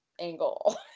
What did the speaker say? angle